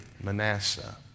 Manasseh